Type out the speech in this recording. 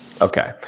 Okay